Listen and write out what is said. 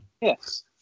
Yes